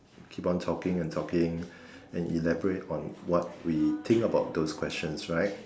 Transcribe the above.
keep on talking and talking and elaborate on what we think about those questions right